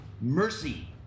Mercy